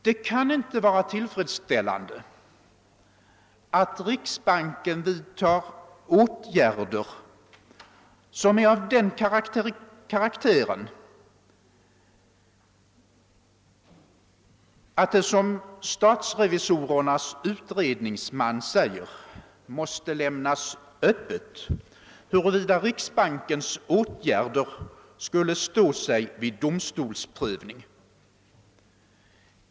Det kan inte vara tillfredsställande att riksbanken vidtar åtgärder som är av den karaktären att det, som statsrevisorernas utredningsman säger, måste lämnas öppet huruvida riksbankens åtgärder skulle stå sig vid en domstolsprövning.